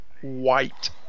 white